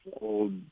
old